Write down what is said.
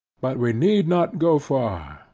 but we need not go far,